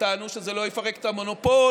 טענו שזה לא יפרק את המונופול,